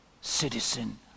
citizen